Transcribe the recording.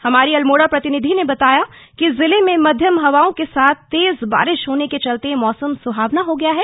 हमारी अल्मोड़ा प्रतिनिधि ने बताया कि जिले में मध्यम हवाओं के साथ तेज बारिश होने के चलते मौसम सुहावना हो गया है